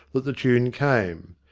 that the tune came.